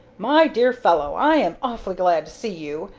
my dear fellow, i am awfully glad to see you.